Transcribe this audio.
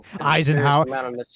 eisenhower